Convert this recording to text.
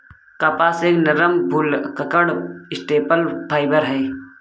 कपास एक नरम, भुलक्कड़ स्टेपल फाइबर है